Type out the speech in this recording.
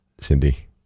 cindy